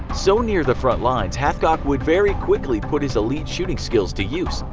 so near the front lines, hathcock would very quickly put his elite shooting skills to use,